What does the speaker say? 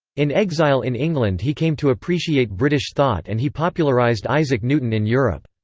in exile in england he came to appreciate british thought and he popularized isaac newton in europe.